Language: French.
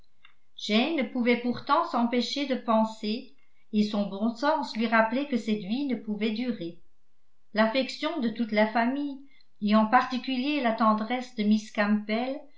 jane ne pouvait pourtant s'empêcher de penser et son bon sens lui rappelait que cette vie ne pouvait durer l'affection de toute la famille et en particulier la tendresse de miss campbell